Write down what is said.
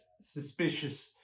suspicious